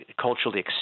culturally